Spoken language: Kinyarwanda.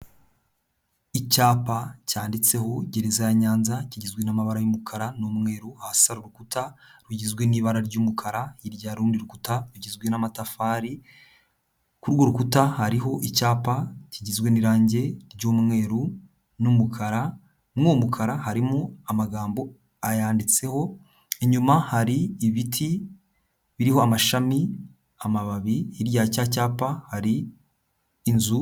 Icyapa cyanditseho gereza ya Nyanza, kigizwe n'amabara y'umukara n'umweru. Hasi ari urukuta rugizwe n'ibara ry'umukara, hirya hari urundi rukuta rugizwe n'amatafari, kuri urwo rukuta hariho icyapa kigizwe n'irange ry'umweru n'umukara, muri uwo mukara harimo amagambo ayanditseho inyuma hari ibiti biriho amashami, amababi, hirya ya cya cyapa hari inzu.